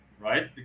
right